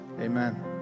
Amen